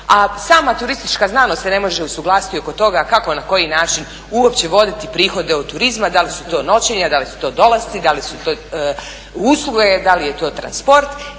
a sama turistička znanost se ne može usuglasiti oko toga kako, na koji način uopće voditi prihode od turizma, da li su to noćenja, da li su to dolasci, da li su to usluge, da li je to transport